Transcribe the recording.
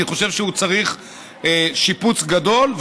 אני חושב שהוא צריך שיפוץ גדול.